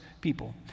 people